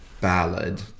ballad